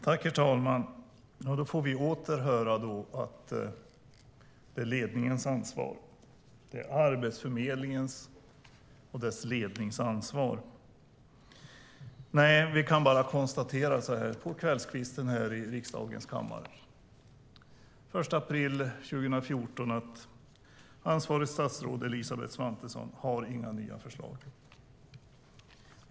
Herr talman! Då får vi åter höra att det är ledningens ansvar. Det är Arbetsförmedlingens och dess lednings ansvar. Nej, så här på kvällskvisten här i riksdagens kammare den 1 april 2014 kan vi bara konstatera att ansvarigt statsråd Elisabeth Svantesson inte har några nya förslag.